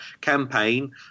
campaign